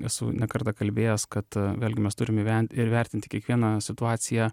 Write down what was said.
esu ne kartą kalbėjęs kad vėlgi mes turim įven įvertinti kiekvieną situaciją